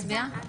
נצביע?